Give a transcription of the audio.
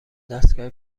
دستگاه